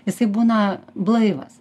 jisai būna blaivas